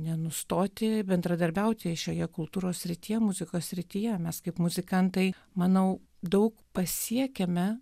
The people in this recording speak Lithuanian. nenustoti bendradarbiauti šioje kultūros srityje muzikos srityje mes kaip muzikantai manau daug pasiekėme